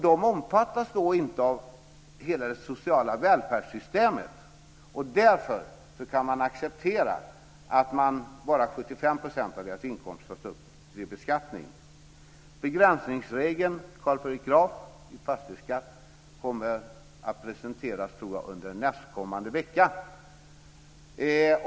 De omfattas inte av hela det sociala välfärdssystemet. Därför kan man acceptera att bara 75 % av deras inkomst tas upp till beskattning. Begränsningsregeln vad gäller fastighetsskatten tror jag kommer att presenteras under nästkommande vecka.